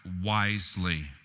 wisely